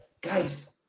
guys